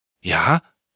Ja